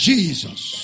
Jesus